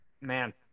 man